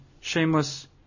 Shameless